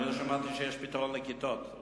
אני לא שמעתי שיש פתרון לכיתות.